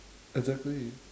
exactly